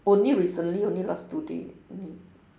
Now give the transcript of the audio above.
only recently only last two day only